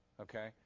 okay